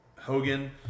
Hogan